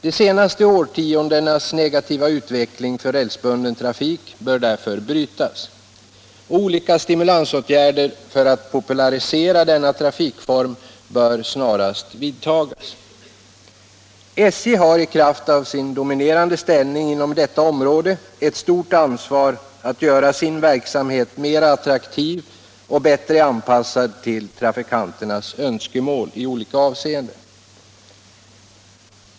De senaste årtiondenas negativa utveckling för rälsbunden trafik bör därför brytas, och olika stimulansåtgärder för att popularisera denna trafikform bör snarast vidtagas. SJ har i kraft av sin dominerande ställning inom detta område ett stort ansvar att göra sin verksamhet mer attraktiv och bättre anpassad till trafikanternas önskemål i olika avseenden.